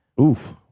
Oof